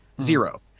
zero